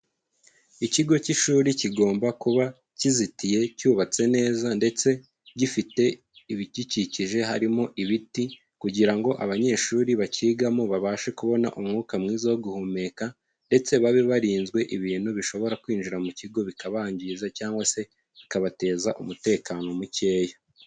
Ikigo cy'ishuri kigomba kuba kizitiye cyubatse neza ndetse gifite ibigikikije harimo ibiti kugira ngo abanyeshuri bakigamo babashe kubona umwuka mwiza wo guhumeka, ndetse babe barinzwe ibintu bishobora kwinjira mu kigo bikabangiza, cyangwa se bikabateza umutekano mukeya.